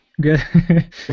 Good